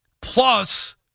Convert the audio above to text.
Plus